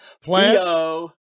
Plan